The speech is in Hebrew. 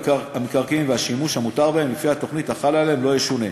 המקרקעין והשימוש המותר בהם לפי התוכנית החלה עליהם לא ישונו.